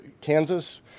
Kansas